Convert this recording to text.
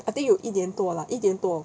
I think 有一年多 lah 一年多